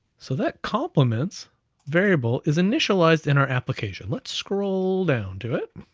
so that compliments variable is initialized in our application. let's scroll down to it.